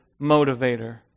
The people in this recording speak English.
motivator